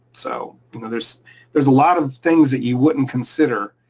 so you know there's there's a lot of things that you wouldn't consider